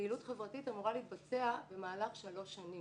פעילות חברתית אמורה להתבצע במהלך שלוש שנים.